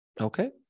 Okay